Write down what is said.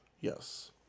Yes